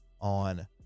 on